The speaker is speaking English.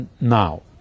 now